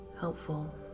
helpful